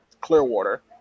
Clearwater